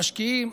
המשקיעים,